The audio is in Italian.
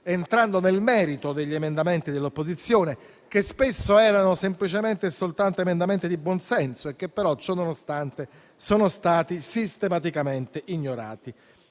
entrando nel merito degli emendamenti dell'opposizione, che spesso erano semplicemente e soltanto di buon senso, ma che, ciononostante, sono stati sistematicamente ignorati,